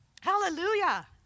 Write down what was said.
Hallelujah